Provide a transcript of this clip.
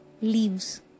leaves